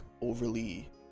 overly